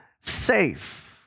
safe